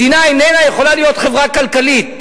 מדינה איננה יכולה להיות חברה כלכלית,